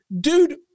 dude